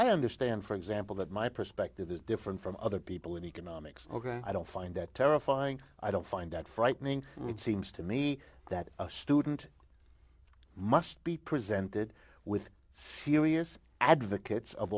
i understand for example that my perspective is different from other people in economics i don't find that terrifying i don't find that frightening it seems to me that a student must be presented with serious advocates of